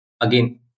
Again